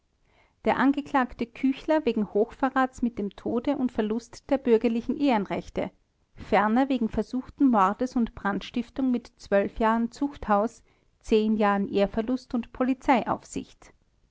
der angeklagte küchler wegen hochverrats mit dem tode und verlust der bürgerlichen ehrenrechte ferner wegen versuchten mordes und brandstiftung mit jahren zuchthaus jahren ehrverlust und